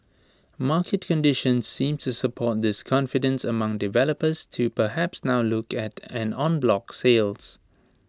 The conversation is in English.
market conditions seems to support this confidence among developers to perhaps now look at en bloc sales